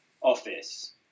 office